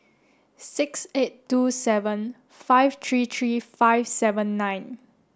six eight two seven five three three five seven nine